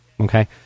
Okay